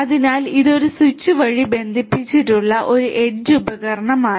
അതിനാൽ ഇത് ഒരു സ്വിച്ച് വഴി ബന്ധിപ്പിച്ചിട്ടുള്ള ഒരു എഡ്ജ് ഉപകരണമാണ്